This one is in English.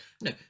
no